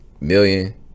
million